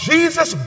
Jesus